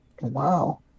Wow